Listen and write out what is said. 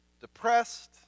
depressed